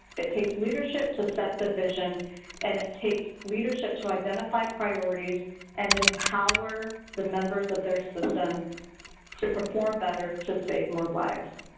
it takes leadership to set the vision and it takes leadership to identify priorities and empower the members of their system to perform better to save more lives.